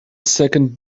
second